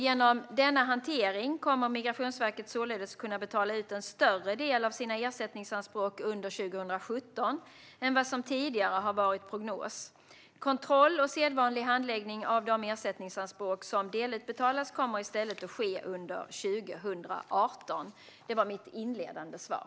Genom denna hantering kommer Migrationsverket således att kunna betala ut en större del av ersättningsanspråken under 2017 än vad som tidigare har prognostiserats. Kontroll och sedvanlig handläggning av de ersättningsanspråk som delutbetalas kommer i stället att ske under 2018. Det är mitt inledande svar.